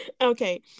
okay